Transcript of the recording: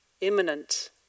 imminent